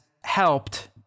helped